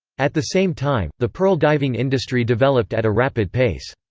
at the same time, the pearl diving industry developed at a rapid pace.